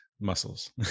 muscles